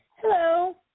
Hello